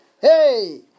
Hey